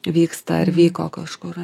vyksta ar vyko kažkur